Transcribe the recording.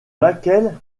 laquelle